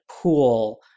pool